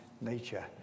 nature